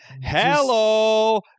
hello